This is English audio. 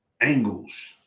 angles